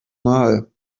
mal